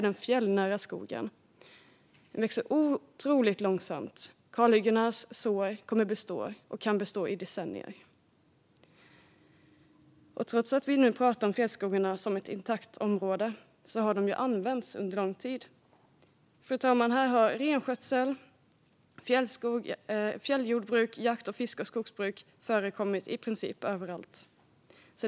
Den fjällnära skogen växer otroligt långsamt. Kalhyggenas sår kan komma att bestå i decennier. Trots att vi nu pratar om fjällskogarna som ett intakt område har de använts under lång tid. Fru talman! Här har renskötsel, fjälljordbruk, jakt, fiske och skogsbruk förekommit i princip överallt.